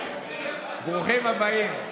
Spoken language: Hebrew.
ברוכים הבאים.